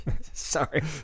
Sorry